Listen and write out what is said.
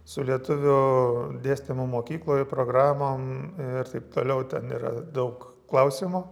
su lietuvių dėstymo mokykloje programom ir taip toliau ten yra daug klausimų